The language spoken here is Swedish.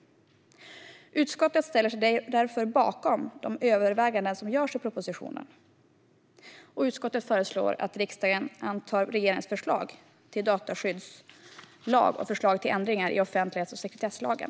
Utskottet ställer sig därför bakom de överväganden som görs i propositionen och föreslår att riksdagen antar regeringens förslag till dataskyddslag och förslag till ändringar i offentlighets och sekretesslagen.